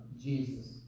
Jesus